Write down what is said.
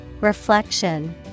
Reflection